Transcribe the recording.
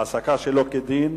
(העסקה שלא כדין,